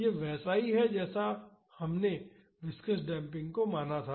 यह वैसा ही है जब हमने विस्कॉस डेम्पिंग को माना था